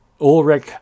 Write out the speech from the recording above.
Ulrich